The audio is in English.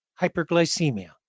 hyperglycemia